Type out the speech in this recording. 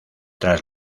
tras